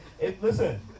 Listen